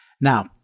Now